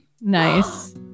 Nice